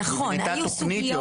נבנתה תכנית.